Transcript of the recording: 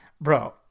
Bro